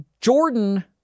Jordan